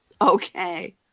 okay